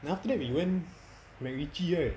then after that we went macritchie right